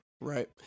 right